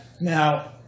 Now